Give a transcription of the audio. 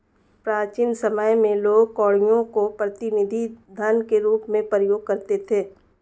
प्राचीन समय में लोग कौड़ियों को प्रतिनिधि धन के रूप में प्रयोग करते थे